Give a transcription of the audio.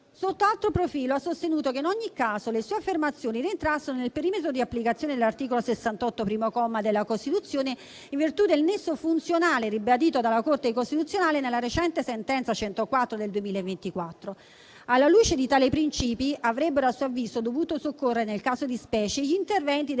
Sotto altro profilo, ha sostenuto che, in ogni caso, le sue affermazioni rientrassero nel perimetro di applicazione dell'articolo 68, primo comma, della Costituzione in virtù del nesso funzionale ribadito dalla Corte costituzionale nella recente sentenza n. 104 del 2024. Alla luce di tali principi, a suo avviso, avrebbero dovuto soccorrere nel caso di specie gli interventi